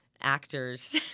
actors